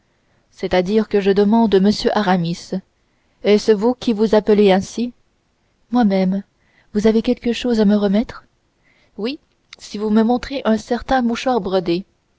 c'est-à-dire que je demande m aramis est-ce vous qui vous appelez ainsi moi-même vous avez quelque chose à me remettre oui si vous me montrez certain mouchoir brodé